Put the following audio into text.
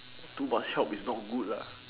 too much help is not good lah